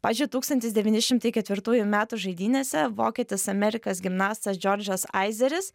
pavyzdžiui tūkstantis devyni šimtai ketvirtųjų metų žaidynėse vokietis amerikas gimnastas džordžas aizeris